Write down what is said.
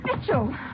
Mitchell